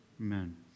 Amen